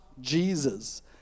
Jesus